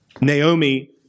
Naomi